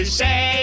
say